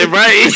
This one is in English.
right